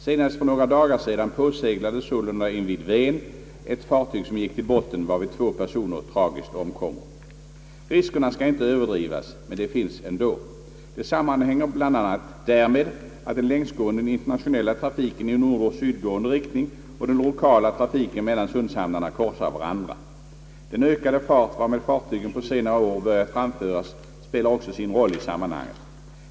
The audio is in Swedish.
Senast för några dagar sedan påseglades invid Ven ett fartyg som gick till botten, varvid två personer tragiskt omkom, Riskerna skall inte överdrivas, men de finns ändå. De sammanhänger bl.a. därmed att den längsgående internationella trafiken i nordeller sydgående riktning och den lokala trafiken mellan sundshamnarna korsar varandra. Den ökade fart varmed fartygen på senare år börjat framföras spelar också sin roll i sammanhanget.